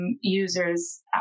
users